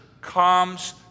comes